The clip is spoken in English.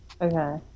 okay